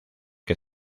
que